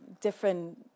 different